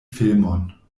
filmon